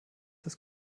das